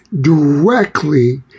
directly